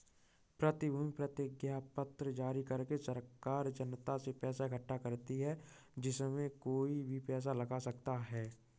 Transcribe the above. प्रतिभूति प्रतिज्ञापत्र जारी करके सरकार जनता से पैसा इकठ्ठा करती है, इसमें कोई भी पैसा लगा सकता है